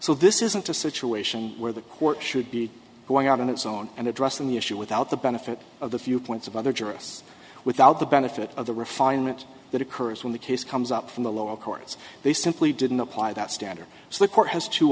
so this isn't a situation where the court should be going out on its own and addressing the issue without the benefit of the few points of other jurists without the benefit of the refinement that occurs when the case comes up from the lower courts they simply didn't apply that standard so the court has two